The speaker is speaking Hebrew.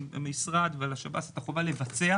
על המשרד ועל השב"ס את החובה לבצע.